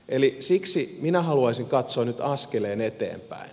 eli siksi minä haluaisin katsoa nyt askeleen eteenpäin